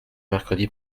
mercredi